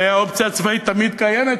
הרי האופציה הצבאית תמיד קיימת,